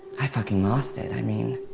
i fucking lost it. i mean,